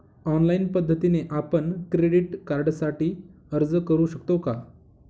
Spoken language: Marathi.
ऑनलाईन पद्धतीने आपण क्रेडिट कार्डसाठी अर्ज करु शकतो का?